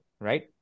right